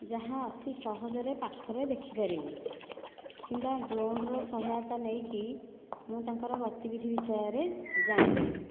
ଯାହା ଅତି ସହଜରେ ପାଖରେ ଦେଖିପାରିବି କିମ୍ବା ଡ୍ରୋନ୍ର ସହାୟତା ନେଇକି ମୁଁ ତାଙ୍କର ଗତିବିଧି ବିଷୟରେ ଜାଣିପାରିବି